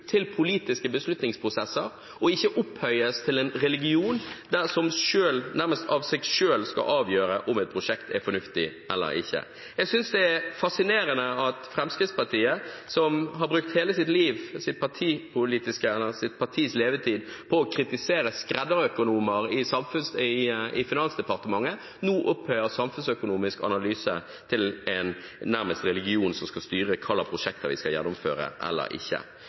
til politiske beslutningsprosesser og ikke opphøyes til en religion som nærmest av seg selv skal avgjøre om et prosjekt er fornuftig eller ikke. Jeg synes det er fascinerende at Fremskrittspartiet, som har brukt hele sitt partis levetid på å kritisere skredderøkonomer i Finansdepartementet, nå opphøyer samfunnsøkonomisk analyse nærmest til en religion som skal styre hva slags prosjekter vi skal gjennomføre eller ikke.